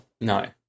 No